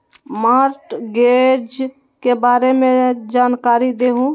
Mortgage के बारे में जानकारी देहु?